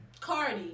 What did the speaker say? Cardi